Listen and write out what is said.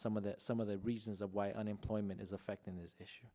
some of the some of the reasons of why unemployment is affecting this issue